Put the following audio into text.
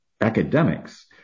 academics